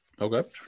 Okay